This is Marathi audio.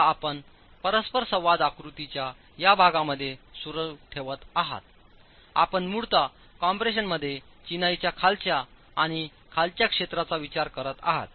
आता आपण परस्परसंवाद आकृतीच्या या भागामध्ये सुरू ठेवत आहात आपणमूळत कम्प्रेशनमध्ये चिनाईच्या खालच्या आणि खालच्या क्षेत्रांचा विचार करतआहात